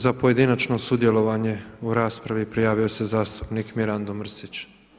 Za pojedinačno sudjelovanje u raspravi prijavio se zastupnik Mirando Mrsić.